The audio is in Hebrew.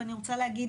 ואני רוצה להגיד